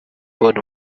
phone